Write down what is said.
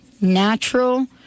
natural